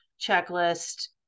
checklist